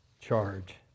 charge